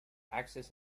access